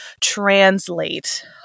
translate